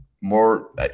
more